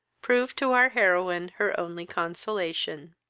proved to our heroine her only consolation.